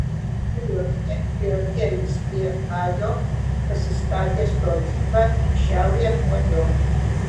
kariuomenė priartėjus prie ajo pasistatė stovyklą į šiaurę nuo jo